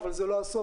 אבל זה לא הסוף,